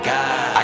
God